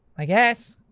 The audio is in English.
i guess.